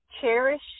cherish